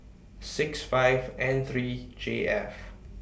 six five N three J F